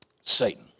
Satan